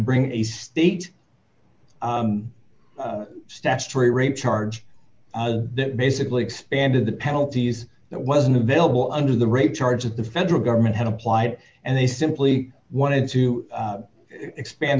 bring a state statutory rape charge that basically expanded the penalties that wasn't available under the rape charge of the federal government had applied and they simply wanted to expand